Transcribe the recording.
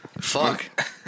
Fuck